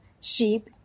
sheep